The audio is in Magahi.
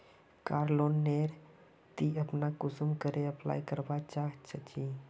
कार लोन नेर ती अपना कुंसम करे अप्लाई करवा चाँ चची?